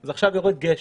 הרצפה רטובה כי יורד גשם.